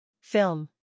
Film